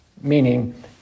meaning